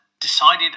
decided